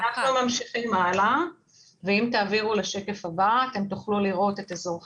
אם תעבירו לשקף הבא תוכלו לראות את אזור חיפה.